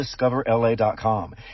discoverla.com